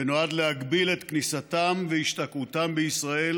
ונועד להגביל את כניסתם והשתקעותם בישראל